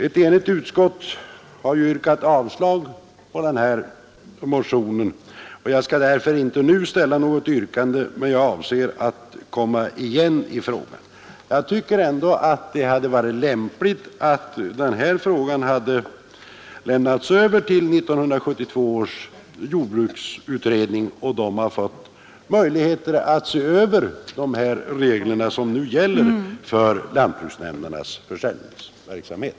Ett enigt utskott har yrkat avslag på motionen, och jag skall därför inte ställa något yrkande, men jag avser att återkomma i frågan. Det hade ändå varit lämpligt att den här frågan hade lämnats över till 1972 års jordbruksutredning så att den hade fått möjligheter att se över de regler som nu gäller för lantbruksnämndernas försäljningsverksamhet.